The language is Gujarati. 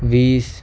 વીસ